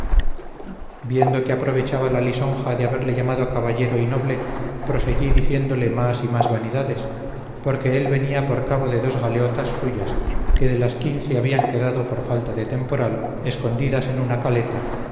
viendo que aprovechaba la lisonja de haberle llamado caballero y noble proseguí diciéndole más y más vanidades porque él venía por cabo de dos galeotas suyas que de las quince habían quedado por falta de temporal escondidas en tina caleta